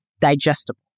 digestible